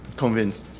convinced.